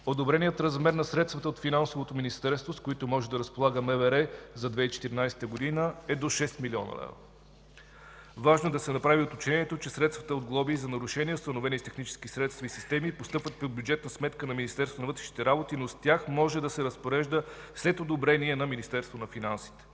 Одобреният размер на средствата от Финансовото министерство, с които може да разполага МВР за 2014 г., е до 6 млн. лв. Важно е да се направи уточнението, че средствата от глоби за нарушения, установени с технически средства и системи, постъпват към бюджетна сметка на Министерството на вътрешните работи, но с тях то може да се разпорежда след одобрение на Министерството на финансите.